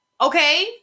okay